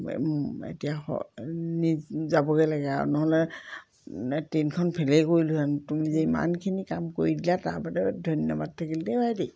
এতিয়া নিজ যাবগৈ লাগে আৰু নহ'লে এই ট্ৰেইনখন ফেলেই কৰিলোঁহেঁতেন তুমি যে ইমানখিনি কাম কৰি দিলা তাৰ বাবে ধন্যবাদ থাকিল দেই ভাইটি